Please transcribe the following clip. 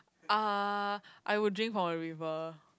ah I would drink from a river